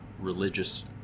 religious